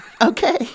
Okay